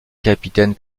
capitaine